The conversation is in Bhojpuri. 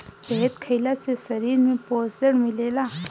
शहद खइला से शरीर में पोषण मिलेला